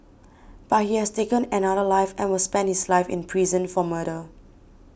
but he has taken another life and will spend his life in prison for murder